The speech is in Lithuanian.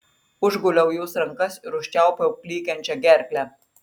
užguliau jos rankas ir užčiaupiau klykiančią gerklę